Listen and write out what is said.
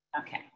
Okay